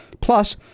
plus